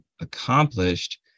accomplished